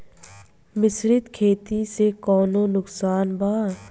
मिश्रित खेती से कौनो नुकसान वा?